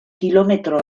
kilometro